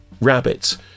rabbits